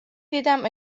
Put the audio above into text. دیدم